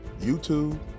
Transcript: YouTube